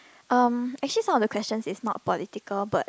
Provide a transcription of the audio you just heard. um actually some of the questions is not political but